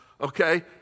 okay